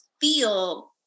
feel